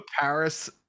Paris